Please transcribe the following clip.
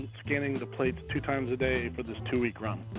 scanning the plates two times a day for this two week run. ah,